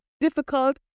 difficult